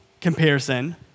comparison